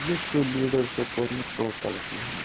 ییٚتہِ کیو لیٖڈَرسو کوٚر نہٕ ٹوٹل کِہیٖنۍ